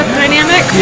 dynamic